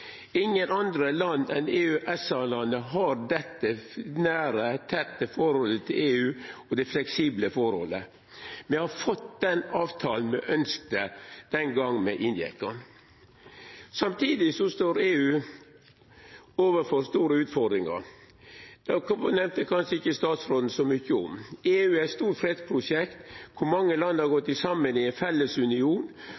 Ingen andre land enn EØS-landa har dette nære, tette og fleksible forholdet til EU. Me har fått den avtalen me ønskte den gongen me inngjekk han. Samtidig står EU overfor store utfordringar, og det nemnde statsråden kanskje ikkje så mykje om. EU er eit stort fredsprosjekt der mange land har